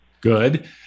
Good